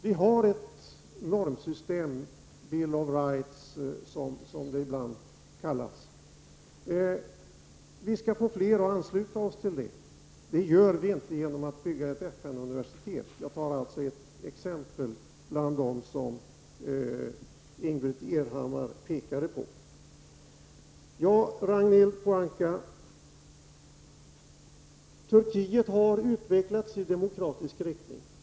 Det finns ett normsystem, ”bill of rights”, och vi skall arbeta för att fler skall ansluta sig till detta. Det gör vi inte genom att bygga ett FN-universitet. Det var bara ett exempel bland dem som Ingbritt Irhammar anförde. Turkiet har utvecklats i demokratisk riktning.